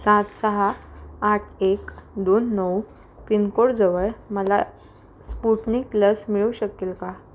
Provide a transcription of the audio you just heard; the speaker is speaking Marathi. सात सहा आठ एक दोन नऊ पिनकोडजवळ मला स्पुटनिक लस मिळू शकेल का